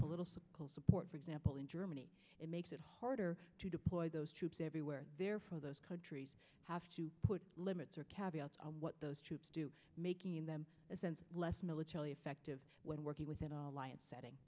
political support for example in germany it makes it harder to deploy those troops everywhere therefore those countries have to put limits or kabi out what those troops do making them less militarily effective when working within all alliance setting